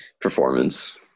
performance